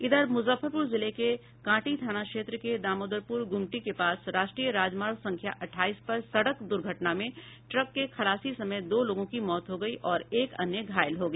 इधर मुजफ्फरपुर जिले के कांटी थाना क्षेत्र के दामोदरपुर गुमटी के पास राष्ट्रीय राजमार्ग संख्या अठाईस पर सड़क दूर्घटना में ट्रक के खलासी समेत दो लोगों की मौत हो गयी और एक अन्य घायल हो गया